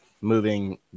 moving